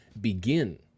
begin